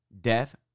death